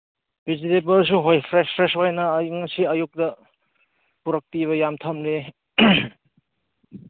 ꯕꯦꯖꯤꯇꯦꯕꯜꯁꯨ ꯍꯣꯏ fresh fresh ꯑꯣꯏꯅ ꯑꯩ ꯉꯁꯤ ꯑꯌꯨꯛꯇ ꯄꯨꯔꯛꯄꯤꯕ ꯌꯥꯝ ꯊꯝꯂꯦ